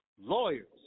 lawyers